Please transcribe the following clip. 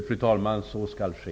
Fru talman! Så skall ske.